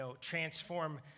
transform